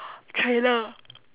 trailer